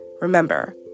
Remember